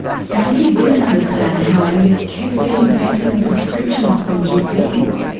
sandy didn't understand how angus kept getting fentanyl prescriptions from gps.